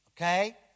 Okay